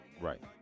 Right